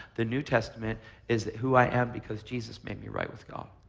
the new testament is who i am because jesus made me right with god.